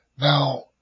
Now